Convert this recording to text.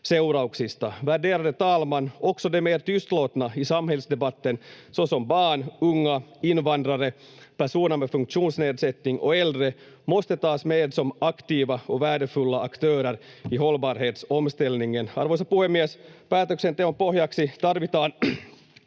toivon muotoon. Päätöksenteon pohjaksi tarvitaan